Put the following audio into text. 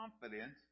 confidence